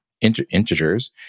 integers